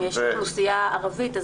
אם יש אוכלוסייה ערבית,